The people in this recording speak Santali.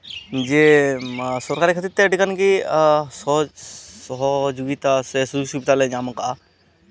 ᱡᱮ ᱥᱚᱨᱠᱟᱨᱤ ᱠᱷᱟᱹᱛᱤᱨ ᱛᱮ ᱟᱹᱰᱤ ᱜᱟᱱᱜᱮ ᱥᱚᱦᱚᱡᱳᱜᱤᱛᱟ ᱥᱮ ᱥᱩᱡᱳᱜᱽ ᱥᱩᱵᱤᱫᱷᱟ ᱞᱮ ᱧᱟᱢ ᱠᱟᱜᱼᱟ